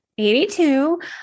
82